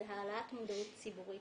העלאת מודעות ציבורית.